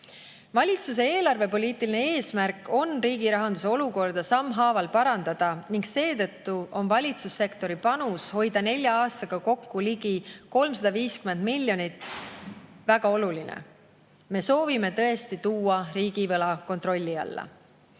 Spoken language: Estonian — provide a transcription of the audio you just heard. Valitsuse eelarvepoliitiline eesmärk on riigi rahanduse olukorda sammhaaval parandada ning seetõttu on valitsussektori panus hoida nelja aastaga kokku ligi 350 miljonit väga oluline. Me soovime tõesti tuua riigivõla kontrolli alla.